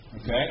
Okay